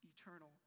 eternal